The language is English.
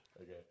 Okay